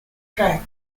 track